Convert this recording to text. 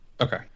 Okay